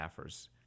staffers